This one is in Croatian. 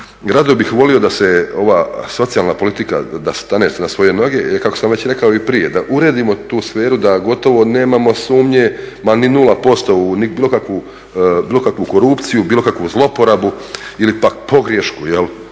rado bih volio da se ova socijalna politika da stane na svoje noge kako sam već rekao i prije, da uredimo tu sferu da gotovo nemamo sumnje ma ni nula posto u bilo kakvu korupciju, bilo kakvu zlouporabu ili pak pogriješku kao